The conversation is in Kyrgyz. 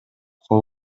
кол